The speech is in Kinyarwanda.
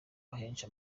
akenshi